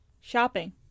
shopping